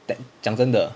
讲真的